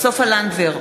סופה לנדבר,